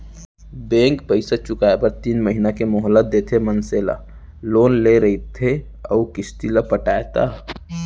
bank पइसा चुकाए बर तीन महिना के मोहलत देथे मनसे ला लोन ले रहिथे अउ किस्ती ल पटाय ता